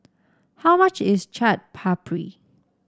how much is Chaat Papri